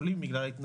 כן, בסדר.